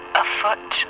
afoot